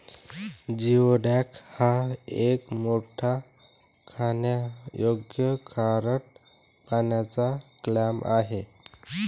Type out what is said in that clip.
geoduck हा एक मोठा खाण्यायोग्य खारट पाण्याचा क्लॅम आहे